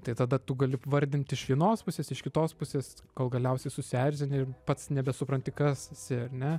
tai tada tu gali vardint iš vienos pusės iš kitos pusės kol galiausiai susierzini ir pats nebesupranti kas esi ar ne